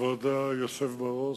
כבוד היושב בראש,